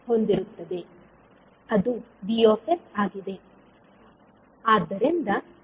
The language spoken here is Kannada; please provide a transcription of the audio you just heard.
ಅದು V ಆಗಿದೆ